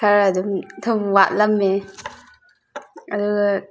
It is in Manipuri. ꯈꯔ ꯑꯗꯨꯝ ꯊꯨꯝ ꯋꯥꯠꯂꯝꯃꯦ ꯑꯗꯨꯒ